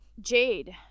Jade